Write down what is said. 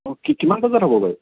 অঁ কিমান বজাত হ'ব বাৰু